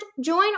join